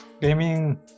gaming